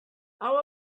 how